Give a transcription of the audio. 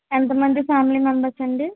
ఎంతమంది family members అండి